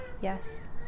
Yes